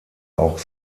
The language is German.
auch